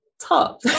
top